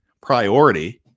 priority